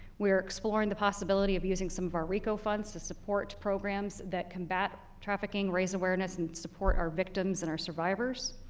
we are exploring the possibility of using some of our rico funds to support programs that combat trafficking, raise awareness, and support our victims and our survivors,